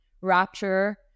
rapture